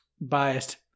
biased